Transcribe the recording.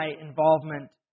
involvement